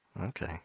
Okay